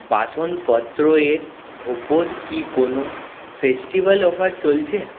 বাসনপত্র এর উপর কি কোনও ফেস্টিভ্যাল অফার চলছে